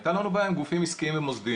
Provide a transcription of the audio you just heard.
הייתה לנו בעיה עם גופים עסקיים ומוסדיים.